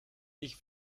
ich